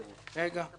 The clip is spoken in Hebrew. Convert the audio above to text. זה בעמ'